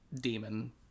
demon